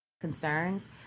concerns